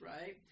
right